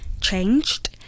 changed